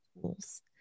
tools